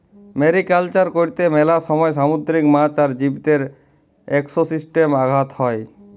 mariculture করত্যে মেলা সময় সামুদ্রিক মাছ আর জীবদের একোসিস্টেমে আঘাত হ্যয়